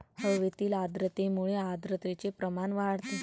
हवेतील आर्द्रतेमुळे आर्द्रतेचे प्रमाण वाढते